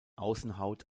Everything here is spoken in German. außenhaut